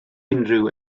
unrhyw